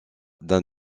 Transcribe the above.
d’un